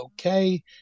okay